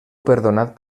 perdonat